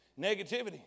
Negativity